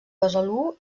besalú